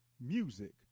music